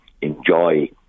enjoy